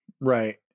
Right